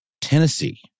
tennessee